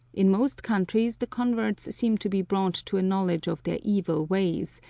in most countries the converts seem to be brought to a knowledge of their evil ways,